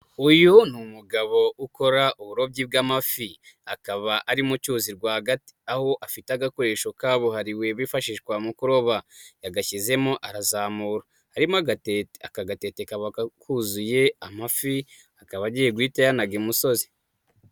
Uyu ni umugabo ukora uburobyi bw'amafi, akaba ari mu cyuzi rwagati, aho afite agakoresho kabuhariwe bifashishwa mu kuroba, yagashyizemo arazamura, harimo agatete, aka gatete kaba kuzuye amafi, akaba agiye guhita ayanaga i musozi.